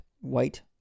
white